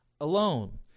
alone